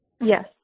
Yes